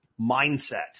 mindset